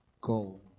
go